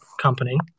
company